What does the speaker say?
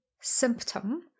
symptom